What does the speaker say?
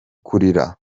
kurira